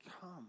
come